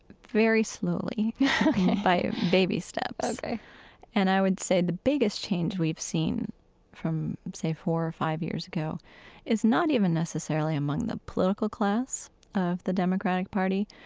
very slowly ok by baby steps ok and i would say the biggest change we've seen from, say, four or five years ago is not even necessarily among the political class of the democratic party.